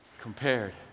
compared